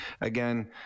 Again